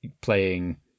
playing